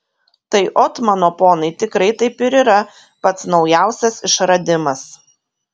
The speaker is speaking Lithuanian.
tai ot mano ponai tikrai taip ir yra pats naujausias išradimas